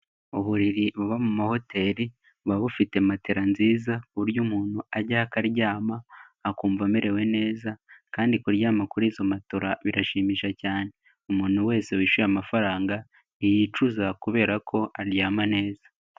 Uburiri buba mu mahoteli buba bufite matela nziza ku buryo umuntu ajyayo akaryama akumva amerewe neza, kandi kuryama kuri izo matola birashimisha cyane. Umuntu wese wishyuye amafaranga ntiyicuza kubera ko aryama neza.